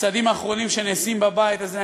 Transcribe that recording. הצעדים האחרונים שנעשים בבית הזה,